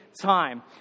time